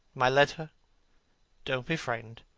my letter don't be frightened